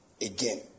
again